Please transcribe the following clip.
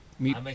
meet